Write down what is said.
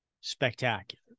spectacular